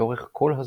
לאורך כל הזמן.